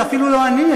זה אפילו לא אני,